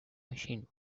machine